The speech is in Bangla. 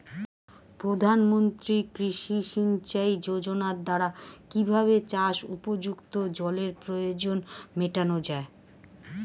প্রধানমন্ত্রী কৃষি সিঞ্চাই যোজনার দ্বারা কিভাবে চাষ উপযুক্ত জলের প্রয়োজন মেটানো য়ায়?